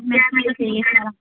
चाहिए सारा